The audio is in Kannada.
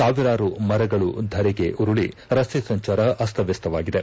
ಸಾವಿರಾರು ಮರಗಳು ಧರೆಗುರುಳಿ ರಸ್ತೆ ಸಂಚಾರ ಅಸ್ತವ್ಲಸ್ತವಾಗಿದೆ